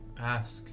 ask